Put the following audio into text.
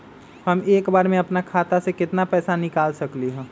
हम एक बार में अपना खाता से केतना पैसा निकाल सकली ह?